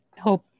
hope